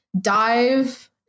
dive